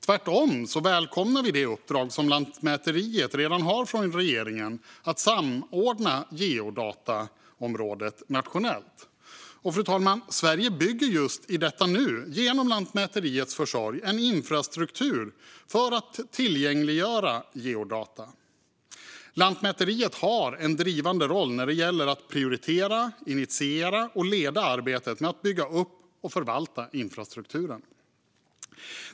Tvärtom välkomnar vi det uppdrag som Lantmäteriet redan har från regeringen att samordna geodataområdet nationellt. Och, fru talman, Sverige bygger i detta nu genom Lantmäteriets försorg en infrastruktur för att tillgängliggöra geodata. Lantmäteriet har en drivande roll när det gäller att prioritera, initiera och leda arbetet med att bygga upp och förvalta infrastrukturen.